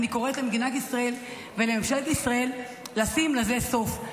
אני קוראת למדינת ישראל ולממשלת ישראל לשים לזה סוף.